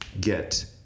get